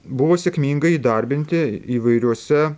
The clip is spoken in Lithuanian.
buvo sėkmingai įdarbinti įvairiuose